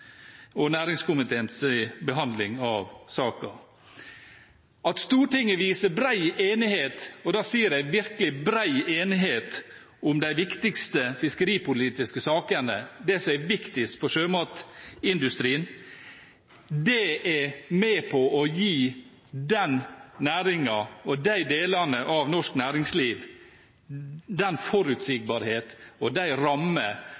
i behandlingen av saken i næringskomiteen. At Stortinget har bred enighet – og da sier jeg virkelig bred enighet om de viktigste fiskeripolitiske sakene, det som er viktigst for sjømatindustrien – er med på å gi den næringen og de delene av norsk næringsliv den forutsigbarheten og de